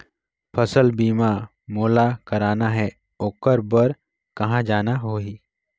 फसल बीमा मोला करना हे ओकर बार कहा जाना होही?